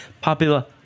popular